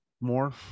more